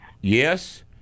yes